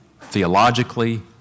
theologically